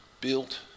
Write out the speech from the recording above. built